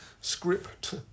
Script